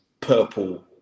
purple